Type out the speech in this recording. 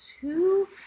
two